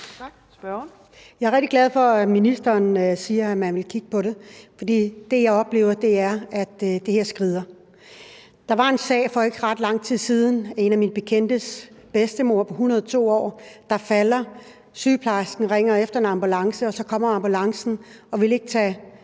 Jeg er rigtig glad for, at ministeren siger, at man vil kigge på det. For det, jeg oplever, er, at det her skrider. Der var en sag for ikke ret lang tid siden. Det var en af mine bekendtes bedstemor på 102 år, der var faldet. Sygeplejersken ringer efter en ambulance, og så kommer ambulancen og vil ikke tage